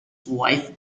wife